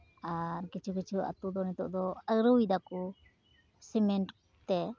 ᱟᱨ ᱠᱤᱪᱷᱩ ᱠᱤᱪᱷᱩ ᱟᱹᱛᱩ ᱫᱚ ᱱᱤᱛᱳᱜ ᱫᱚ ᱟᱹᱨᱩᱭ ᱫᱟᱠᱚ ᱥᱤᱢᱮᱱᱴ ᱛᱮ